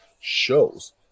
shows